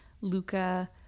Luca